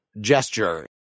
gesture